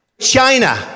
China